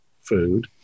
food